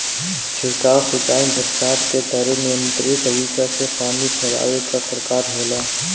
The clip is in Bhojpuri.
छिड़काव सिंचाई बरसात के तरे नियंत्रित तरीका से पानी फैलावे क प्रकार होला